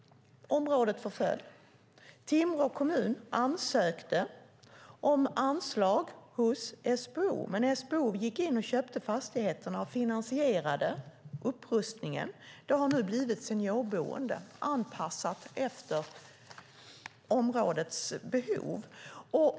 Området förföll. Timrå kommun ansökte om anslag hos SBO, men SBO gick in och köpte fastigheterna och finansierade upprustningen. Det har nu blivit seniorboende, anpassat efter områdets behov.